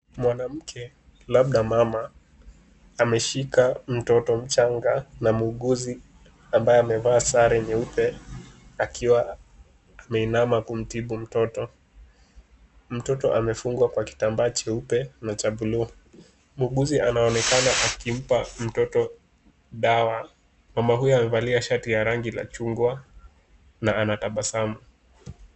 Mwanamke, labda mama, ameshika mtoto mchanga na muuguzi ambaye amevaa sare nyeupe, akiwa ameinama kumtibu mtoto. Mtoto amefungwa kwa kitambaa cheupe na cha blue . Muuguzi anaonekana akimpa mtoto dawa. Mama huyu amevalia shati ya rangi la chungwa na anatabasamu.